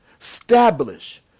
establish